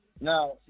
Now